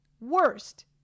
Worst